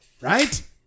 right